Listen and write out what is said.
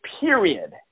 period